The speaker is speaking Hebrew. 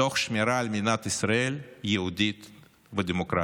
תוך שמירה על מדינת ישראל יהודית ודמוקרטית.